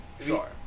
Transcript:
Sure